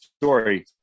story